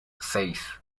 seis